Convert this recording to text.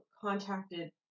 contacted